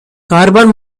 carbon